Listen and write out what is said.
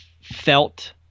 felt